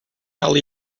alley